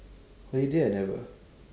holiday I never